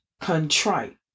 contrite